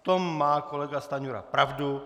V tom má kolega Stanjura pravdu.